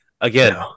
Again